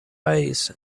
eyes